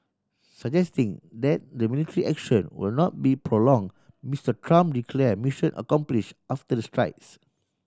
suggesting that the military action would not be prolong Mister Trump declare mission accomplish after the strikes